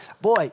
boy